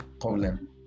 problem